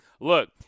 look